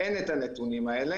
אין נתונים כאלה.